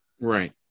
Right